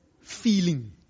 feeling